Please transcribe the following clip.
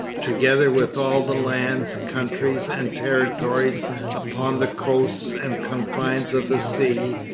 together with all the lands, countries, and territories upon the coasts and confines of the seas,